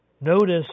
Notice